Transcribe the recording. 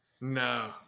No